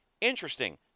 interesting